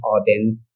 audience